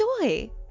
enjoy